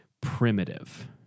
primitive